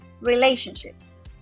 relationships